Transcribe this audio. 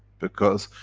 because,